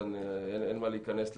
אז אין מה להיכנס לזה,